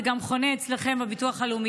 זה גם חונה אצלכם בביטוח הלאומי.